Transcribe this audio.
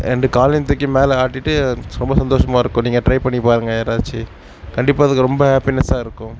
ரெண்டு காலையும் தூக்கி மேலே ஆட்டிகிட்டு ரொம்ப சந்தோஷமாக இருக்கும் நீங்கள் ட்ரை பண்ணி பாருங்க யாராச்சு கண்டிப்பாக அதுங்க ரொம்ப ஹேப்பினஸ்ஸாக இருக்கும்